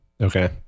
Okay